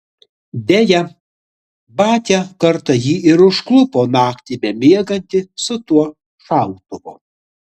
deja batia kartą jį ir užklupo naktį bemiegantį su tuo šautuvu